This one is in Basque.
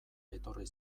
etorri